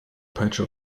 peitsche